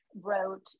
wrote